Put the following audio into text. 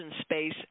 Space